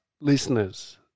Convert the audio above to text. listeners